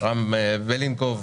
רם בלינקוב,